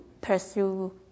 pursue